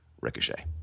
ricochet